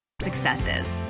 successes